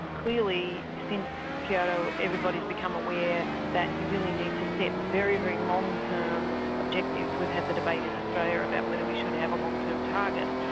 clearly since kyoto, everybody's become aware that you really need to set very, very long-term objectives. we've had the debate in australia about whether we should have a long-term target,